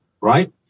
Right